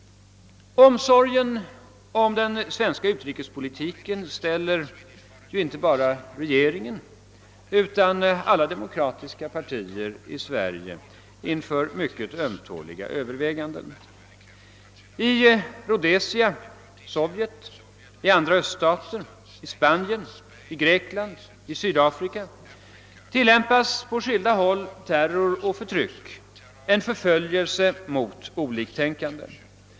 Omsorgen om den svenska utrikespolitiken ställer ibland inte bara regeringen utan alla de demokratiska partierna i Sverige inför mycket ömtåliga överväganden. I Rhodesia, Sovjet och andra öststater, i Spanien, i Grekland och i Sydafrika tillämpas på skilda håll terror och förtryck, en förföljelse mot oliktänkande.